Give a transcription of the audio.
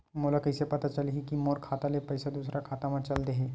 मोला कइसे पता चलही कि मोर खाता ले पईसा दूसरा खाता मा चल देहे?